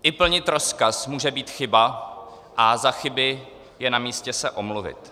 I plnit rozkaz může být chyba a za chyby je namístě se omluvit.